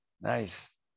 nice